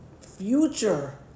future